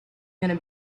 gonna